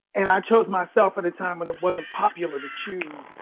and i chose myself at a time when it wasn't popular to choose